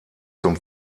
zum